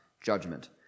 judgment